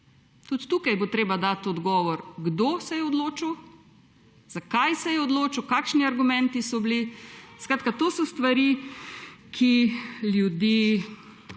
Tudi tukaj bo treba dati odgovor, kdo se je odločil, zakaj se je odločil, kakšni argumenti so bili. Skratka, to so stvari, ki ljudi